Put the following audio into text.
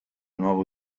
nuovo